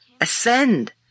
Ascend